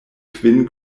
kvin